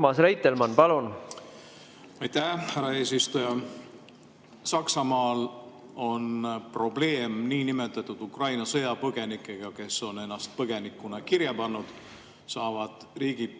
katseid on olnud? Aitäh, härra eesistuja! Saksamaal on probleem niinimetatud Ukraina sõjapõgenikega, kes on ennast põgenikuna kirja pannud, saavad riigilt